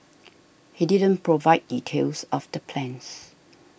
he didn't provide details of the plans